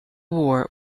war